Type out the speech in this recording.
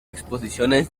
exposiciones